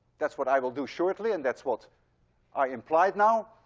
that's what i will do shortly and that's what i implied now.